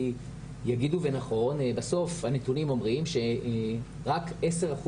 יגידו ונכון שבסוף הנתונים אומרים שרק 10%